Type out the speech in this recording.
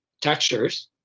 textures